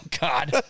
God